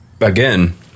Again